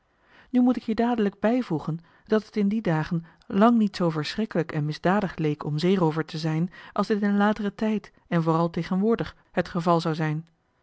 nu moet ik hier dadelijk bijvoegen dat het in die dagen lang niet zoo verschrikkelijk en misdadig leek om zeeroover te zijn als dit in lateren tijd en vooral tegenwoordig het geval zou zijn